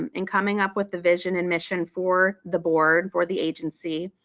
um in coming up with the vision and mission for the board, for the agency,